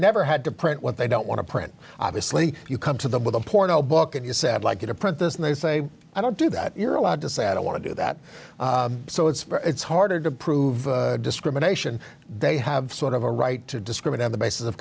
never had to print what they don't want to print obviously you come to the with a porno book and you said like it or print this and they say i don't do that you're allowed to say i don't want to do that so it's harder to prove discrimination they have sort of a right to discriminate on the basis of